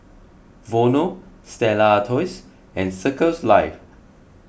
Vono Stella Artois and Circles Life